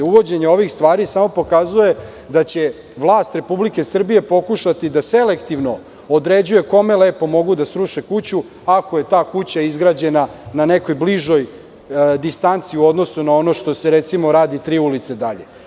Uvođenje ovih stvari samo pokazuje da će vlast Republike Srbije pokušati da selektivno određuje kome lepo mogu da sruše kuću, ako je ta kuća izgrađena na nekoj bližoj distanci u odnosu na ono što se, recimo, radi tri ulice dalje.